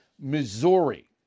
Missouri